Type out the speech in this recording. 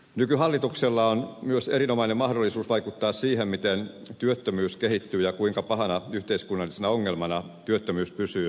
nykyhallituksella on myös erinomainen mahdollisuus vaikuttaa siihen miten työttömyys kehittyy ja kuinka pahana yhteiskunnallisena ongelmana työttömyys pysyy seuraavina vuosina